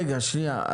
אלה נהלי עבודה.